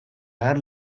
ager